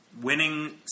Winning